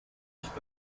ich